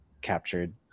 captured